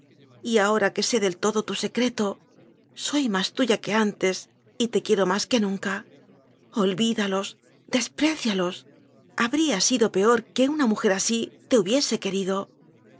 y sólo tuya y ahora que sé del todo tu secreto soy más tuya que antes y te quiero más que nun ca olvídalos desprécialos habría sido peor que una mujer así te hubiese querido